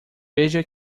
veja